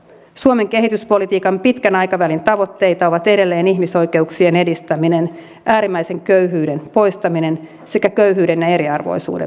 suomen kehityspolitiikan pitkän aikavälin tavoitteita ovat edelleen ihmisoikeuksien edistäminen äärimmäisen köyhyyden poistaminen sekä köyhyyden ja eriarvoisuuden vähentäminen